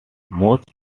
most